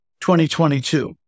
2022